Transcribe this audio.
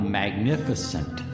magnificent